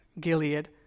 Gilead